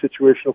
situational